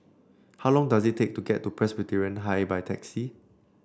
how long does it take to get to Presbyterian High by taxi